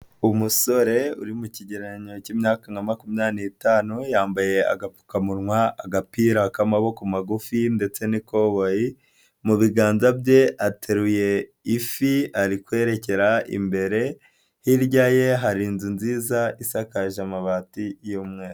Umusore uri mu kigereranyo k'imyaka nka makumyabiri n'itanu yambaye agapfukamunwa, agapira k'amaboko magufi ndetse n'ikoboyi mu biganza bye ateruye ifi ari kwerekera imbere, hirya ye hari inzu nziza isakaje amabati y'umweru.